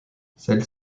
celle